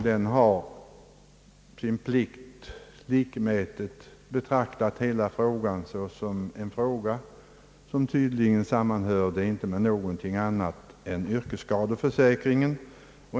Denna har sin plikt likmätigt betraktat hela frågan som ett ärende, som tydligen inte hörde samman med något annat än yrkesskadeförsäkringen.